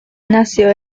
nació